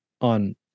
on